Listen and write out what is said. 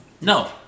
No